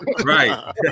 Right